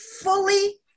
fully